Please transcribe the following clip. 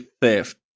theft